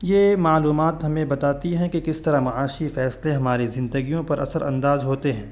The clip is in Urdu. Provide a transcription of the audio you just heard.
یہ معلومات ہمیں بتاتی ہیں کہ کس طرح معاشی فیصلے ہماری زندگیوں پر اثر انداز ہوتے ہیں